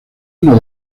uno